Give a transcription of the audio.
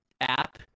app